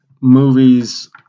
movies